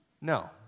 No